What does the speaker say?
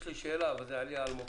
יש לי שאלה אבל זה יעלה על מוקש.